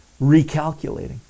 recalculating